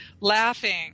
Laughing